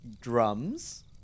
Drums